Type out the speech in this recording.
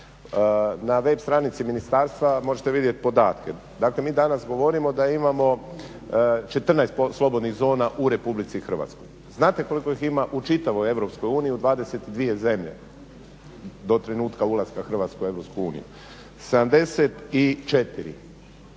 Na web stranici ministarstva možete vidjeti podatke, dakle mi danas govorimo da imamo 14 slobodnih zona u RH. Znate koliko ih ima u čitavoj EU u 22 zemlje, do trenutka ulaska Hrvatske u EU? 74.